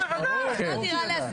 היא חותמת, בוודאי.